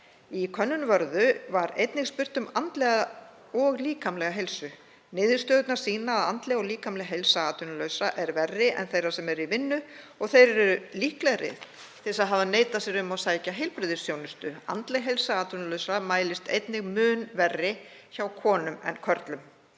Í könnun Vörðu var einnig spurt um andlega og líkamlega heilsu. Niðurstöðurnar sýna að andleg og líkamleg heilsa atvinnulausra er verri en þeirra sem eru í vinnu og þeir eru líklegri til að hafa neitað sér um að sækja heilbrigðisþjónustu. Andleg heilsa atvinnulausra mælist einnig mun verri hjá konum en körlum.